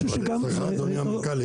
סליחה, אדוני המנכ"ל.